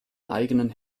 eigenen